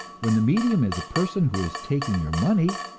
when the medium is a person who is taking your money,